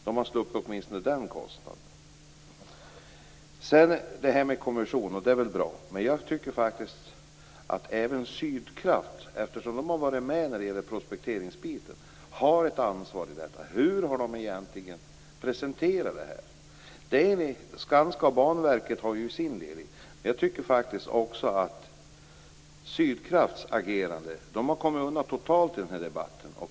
Då hade man åtminstone sluppit den kostnaden. En kommission är väl bra. Men eftersom Sydkraft har varit med om prospekteringen, tycker jag faktiskt att även de har ett ansvar i detta. Hur har de egentligen presenterat det här? Skanska och Banverket har sin del i detta. Men jag tycker faktiskt att Sydkraft har kommit undan i debatten.